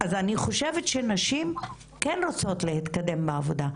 אני חושבת שנשים כן רוצות להתקדם בעבודה,